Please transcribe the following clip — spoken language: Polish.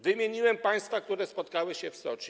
Wymieniłem państwa, które spotkały się w Soczi.